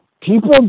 people